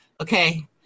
Okay